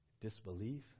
Disbelief